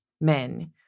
men